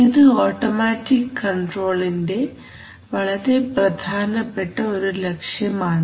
ഇത് ഓട്ടോമാറ്റിക് കൺട്രോളിന്റെ വളരെ പ്രധാനപ്പെട്ട ഒരു ലക്ഷ്യമാണ്